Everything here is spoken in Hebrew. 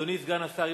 אדוני סגן השר,